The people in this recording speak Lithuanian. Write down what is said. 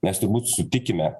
nes turbūt sutikime